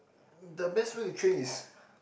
the best way to train is